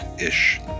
ish